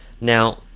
Now